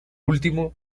último